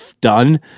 done